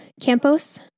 Campos